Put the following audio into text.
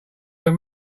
are